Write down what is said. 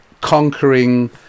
conquering